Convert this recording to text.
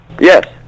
Yes